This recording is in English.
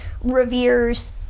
reveres